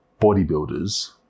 bodybuilders